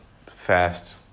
fast